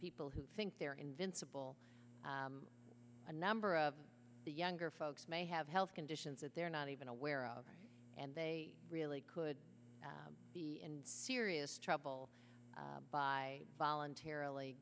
people who think they're invincible a number of the younger folks may have health conditions that they're not even aware of and they really could be in serious trouble by voluntarily